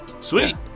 Sweet